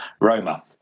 Roma